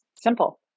Simple